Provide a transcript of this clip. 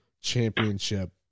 championship